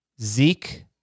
Zeke